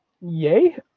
yay